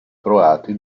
croati